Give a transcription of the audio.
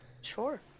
Sure